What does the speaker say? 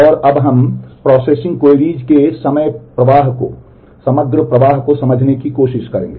और अब हम प्रोसेसिंग के समग्र प्रवाह को समझने की कोशिश करेंगे